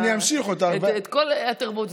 את כל התרבות.